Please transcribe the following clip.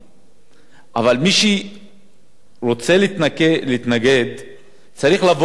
מי שרוצה להתנגד צריך לבוא ולתת פתרון.